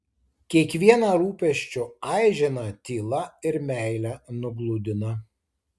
kiekvieną rūpesčio aiženą tyla ir meile nugludina